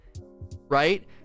right